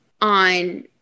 on